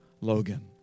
Logan